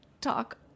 talk